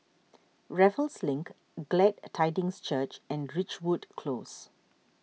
Raffles Link Glad Tidings Church and Ridgewood Close